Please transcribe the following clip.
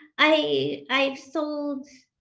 i i sold